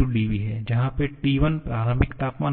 Pdv जहा पे T1 प्रारंभिक तापमान है